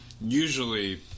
Usually